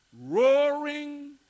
roaring